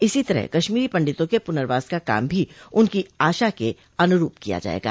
इसी तरह कश्मीरी पंडितों के पुनर्वास का काम भी उनकी आशा के अनुरूप किया जाएगा